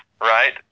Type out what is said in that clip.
right